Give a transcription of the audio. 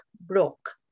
broke